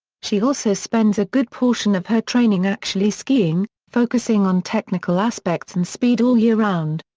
she also spends a good portion of her training actually skiing, focusing on technical aspects and speed all year round.